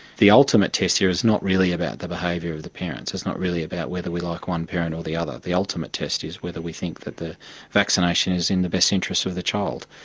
the ultimate test here is not really about the behaviour of the parents it's not really about whether we like one parent or the other the ultimate test is whether we think that the vaccination is in the best interests of the child.